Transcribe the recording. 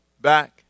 back